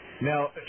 Now